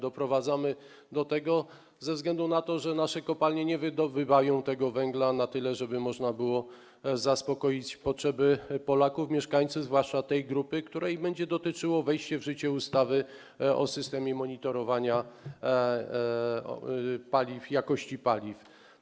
Doprowadzamy do tego ze względu na to, że nasze kopalnie nie wydobywają tyle węgla, żeby można było zaspokoić potrzeby Polaków, mieszkańców, zwłaszcza tej grupy, której będzie dotyczyło wejście w życie ustawy o systemie monitorowania jakości paliw.